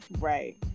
Right